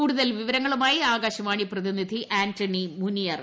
കൂടുതൽ വിവരങ്ങളുമായി ആകാശവാണി പ്രതിനിധി ആന്റണി മുനിയറ